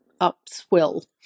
upswell